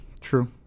true